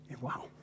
wow